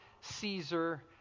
Caesar